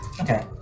Okay